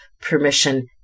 permission